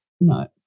No